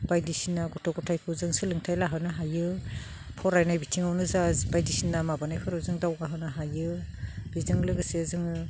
बायदिसिना गथ' गथायखौ जों सोलोंथाइ लाहोनो हायो फरायनाय बिथिङावनो जा बायदिसिना माबानायफोराव जों दावगाहोनो हायो बेजों लोगोसे जोङो